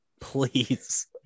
Please